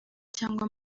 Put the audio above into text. cyangwa